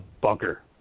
bunker